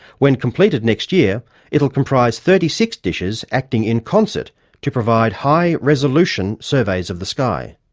when completed next year, it will comprise thirty six dishes acting in concert to provide high-resolution surveys of the sky.